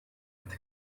with